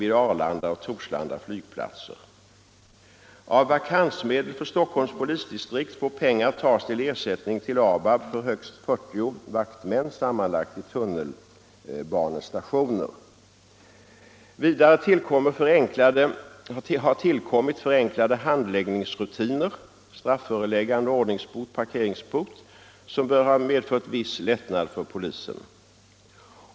Vidare har tillkommit förenklade handläggningsrutiner — strafföreläggande, ordningsbot, parkeringsbot — vilket bör ha medfört viss lättnad för polisen.